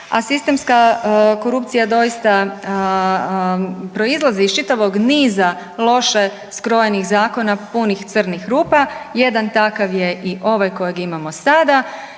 a sistemska korupcija doista proizlazi iz čitavog niza loše skrojenih zakona punih crnih rupa. Jedan takav je i ovaj koji imamo i sada.